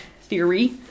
theory